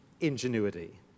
ingenuity